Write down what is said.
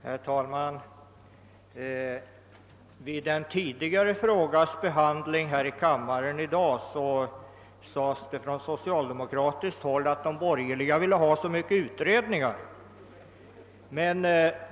Herr talman! Under en tidigare frågas behandling här i kammaren i dag sades det från socialdemokratiskt håll att de borgerliga ville ha så många utredningar.